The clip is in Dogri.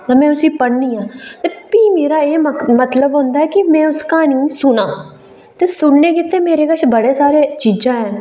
में उसी पढ़नी आं भी मेरा एह् मकसद होंदा ऐ कि में क्हानी सुनां ते सुनने गित्तै मेरे कोल चीजां हैन